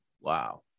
Wow